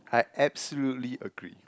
I absolutely agree